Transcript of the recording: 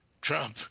Trump